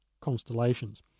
constellations